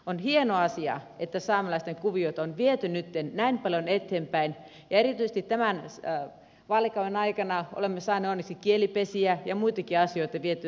on hieno asia että saamelaisten kuvioita on viety nyt näin paljon eteenpäin ja erityisesti tämän vaalikauden aikana olemme saaneet onneksi kielipesiä ja muitakin asioita vietyä eteenpäin